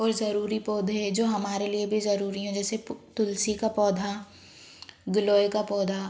और ज़रूरी पौधे जो हमारे लिए भी ज़रूरी हैं जैसे तुलसी का पौधा गिलोय का पौधा